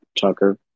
Tucker